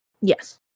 Yes